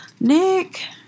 Nick